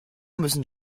müssen